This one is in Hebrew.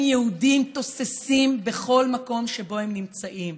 יהודיים תוססים בכל מקום שבו הם נמצאים,